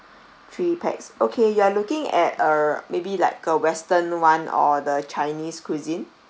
three pax okay you are looking at uh maybe like a western [one] or the chinese cuisine